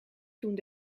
toen